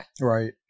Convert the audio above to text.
Right